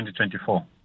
2024